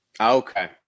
Okay